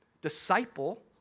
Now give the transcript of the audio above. disciple